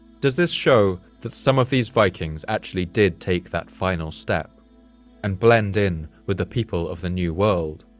does this show that some of these vikings actually did take that final step and blend in with the people of the new world?